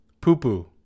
poo-poo